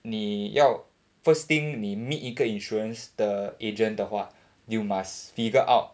你要 first thing 你 meet 一个 insurance 的 agent 的话 you must figure out